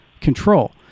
control